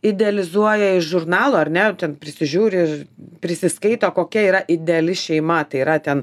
idealizuoja iš žurnalo ar ne ten prisižiūri prisiskaito kokia yra ideali šeima tai yra ten